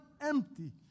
empty